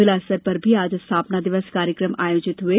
जिला स्तर पर भी आज स्थापना दिवस कार्यक्रम आयोजित हुए